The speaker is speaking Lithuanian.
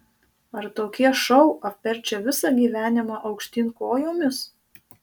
ar tokie šou apverčia visą gyvenimą aukštyn kojomis